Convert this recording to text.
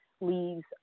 leaves